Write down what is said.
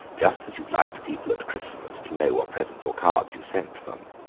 just as you like people at christmas to know what presents or cards you've sent them.